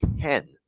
ten